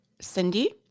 Cindy